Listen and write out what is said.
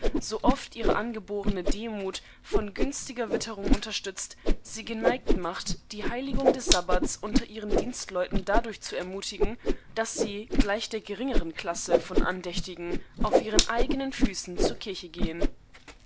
so oft ihre angeborene demut von günstiger witterung unterstützt sie geneigt macht die heiligung des sabbaths unter ihren dienstleuten dadurch zu ermutigen daß sie gleich der geringeren klasse von andächtigen auf ihren eigenen füßenzurkirchegehen um